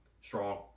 Strong